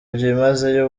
byimazeyo